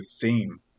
theme